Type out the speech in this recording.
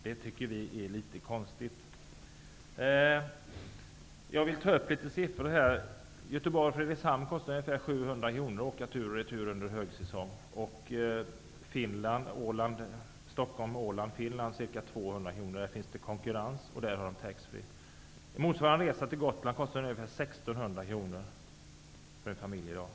Det tycker vi i Ny demokrati är något konstigt. Jag tänker nämna några siffror. En resa mellan Göteborg och Fredrikshamn kostar under högsäsong ungefär 700 kr, tur och retur. En resa mellan Stockholm och Mariehamn kostar ca 200 kr, eftersom det på den sträckan finns konkurrens och eftersom det förekommer taxfreeförsäljning. Motsvarande Gotlandresa kostar ungefär 1 600 kr för en familj i dag.